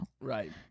right